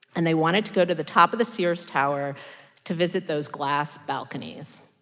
and they wanted to go to the top of the sears tower to visit those glass balconies.